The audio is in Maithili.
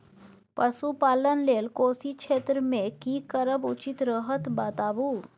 पशुपालन लेल कोशी क्षेत्र मे की करब उचित रहत बताबू?